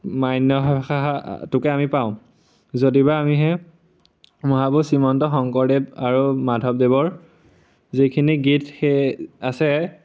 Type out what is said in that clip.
মান্য ভাষাটোকে আমি পাওঁ যদি বা আমিহে মহাপুৰুষ শ্ৰীমন্ত শংকৰদেৱ আৰু মাধৱদেৱৰ যিখিনি গীত সেই আছে